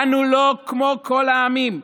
אנו לא כמו כל העמים,